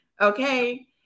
Okay